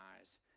eyes